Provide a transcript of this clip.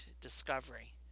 discovery